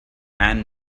and